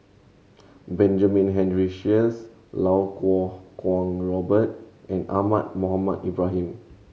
Benjamin Henry Sheares Iau Kuo Kwong Robert and Ahmad Mohamed Ibrahim